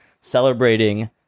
celebrating